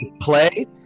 play